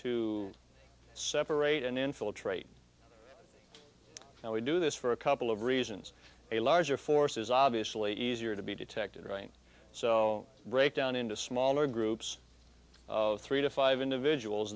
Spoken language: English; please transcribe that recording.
to separate and infiltrate and we do this for a couple of reasons a larger force is obviously easier to be detected right so break down into smaller groups of three to five individuals